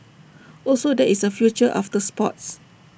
also there is A future after sports